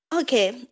Okay